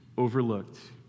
overlooked